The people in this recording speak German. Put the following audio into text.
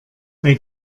bei